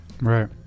Right